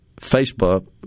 Facebook